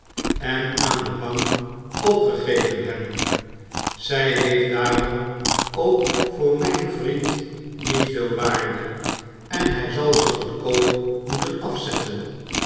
en aan de bank opgegeven hebben zij heeft daarom ook voor mijn vriend niet veel waarde en hij zal ze goedkoop moeten afzetten